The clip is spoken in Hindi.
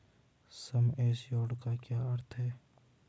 सम एश्योर्ड का क्या अर्थ है?